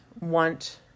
want